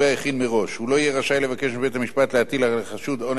הוא לא יהיה רשאי לבקש מבית-המשפט להטיל על החשוד עונש מאסר בפועל.